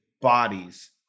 bodies